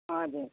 हजुर